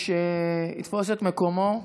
שיתפוס את מקומו.